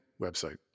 website